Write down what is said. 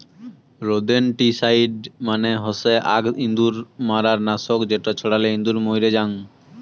rodenticide মানে হসে আক ইঁদুর মারার নাশক যেটা ছড়ালে ইঁদুর মইরে জাং